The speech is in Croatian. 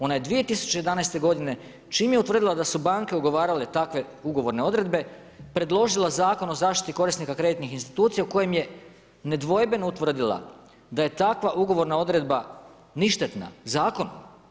Ona je 2011. godine čim je utvrdila da su banke ugovarale takve ugovorne odredbe, predložila Zakon o zaštiti korisnika kreditnih institucija u kojem je nedvojbeno utvrdila da je takva ugovorna odredba ništetna zakonom.